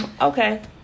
Okay